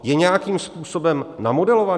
Je nějakým způsobem namodelovaný?